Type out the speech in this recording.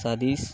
Satish